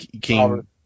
King